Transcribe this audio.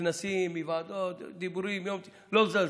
כנסים וועדות, לא מזלזל.